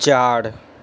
চার